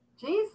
Jesus